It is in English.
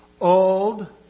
Old